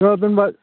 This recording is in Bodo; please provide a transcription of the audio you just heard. दे दोनबाय